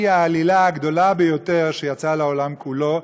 היא העלילה הגדולה ביותר שיצאה לעולם כולו,